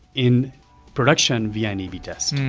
in production via an a b test.